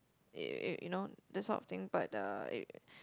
you you you know this sort of thing but uh it